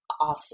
awesome